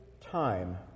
time